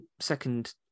second